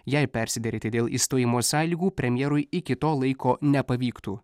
jei persiderėti dėl išstojimo sąlygų premjerui iki to laiko nepavyktų